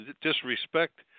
disrespect